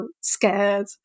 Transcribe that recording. scared